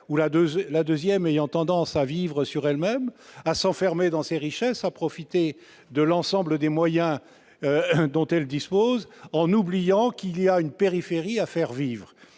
la seconde ayant tendance à vivre sur elle-même, à s'enfermer dans ses richesses et à profiter de l'ensemble des moyens dont elle dispose en oubliant qu'il y a aussi une périphérie à faire vivre.